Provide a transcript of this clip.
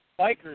bikers